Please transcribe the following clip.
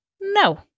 no